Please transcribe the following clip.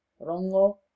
rongo